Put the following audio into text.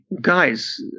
Guys